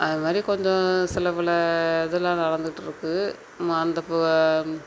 அதை மாதிரி கொஞ்சம் சில பல இதெல்லாம் நடந்துட்டுருக்கு மா அந்த ப